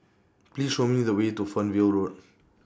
Please Show Me The Way to Fernvale Road